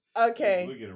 Okay